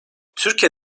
türkiye